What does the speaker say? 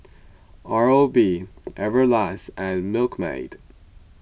Oral B Everlast and Milkmaid